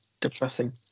depressing